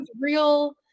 real